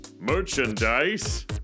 Merchandise